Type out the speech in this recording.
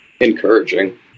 encouraging